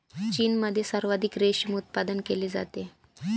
चीनमध्ये सर्वाधिक रेशीम उत्पादन केले जाते